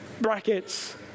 Brackets